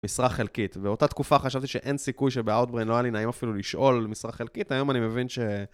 משרה חלקית, ואותה תקופה חשבתי שאין סיכוי שבאוטברן לא היה לי נעים אפילו לשאול משרה חלקית, היום אני מבין ש...